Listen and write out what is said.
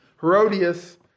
Herodias